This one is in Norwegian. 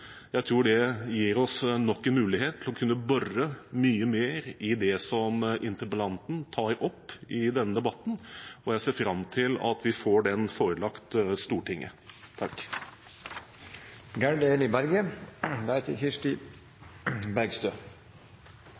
Jeg tror det gir oss nok en mulighet til å kunne bore mye mer i det som interpellanten tar opp i denne debatten, og jeg ser fram til at vi får oss den forelagt Stortinget.